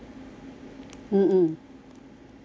mm mm mm